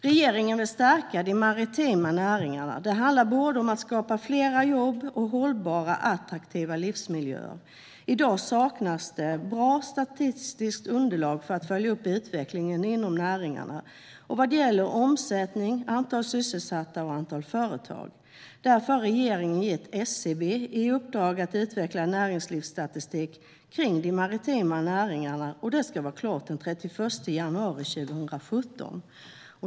Regeringen vill stärka de maritima näringarna. Det handlar både om att skapa fler jobb och om hållbara attraktiva livsmiljöer. I dag saknas bra statistiskt underlag för att följa upp utvecklingen inom näringarna vad gäller omsättning, antal sysselsatta och antal företag. Därför har regeringen gett SCB i uppdrag att utveckla näringslivsstatistik för de maritima näringarna. Detta ska vara klart den 31 januari 2017.